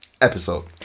Episode